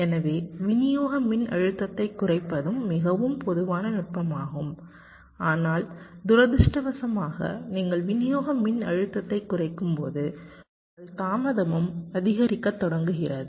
எனவே விநியோக மின்னழுத்தத்தைக் குறைப்பதும் மிகவும் பொதுவான நுட்பமாகும் ஆனால் துரதிர்ஷ்டவசமாக நீங்கள் விநியோக மின்னழுத்தத்தைக் குறைக்கும்போது உங்கள் தாமதமும் அதிகரிக்கத் தொடங்குகிறது